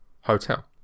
Hotel